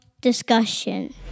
discussion